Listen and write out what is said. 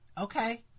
Okay